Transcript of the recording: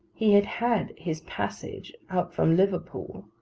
he had had his passage out from liverpool,